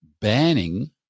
banning